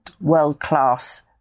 world-class